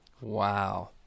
Wow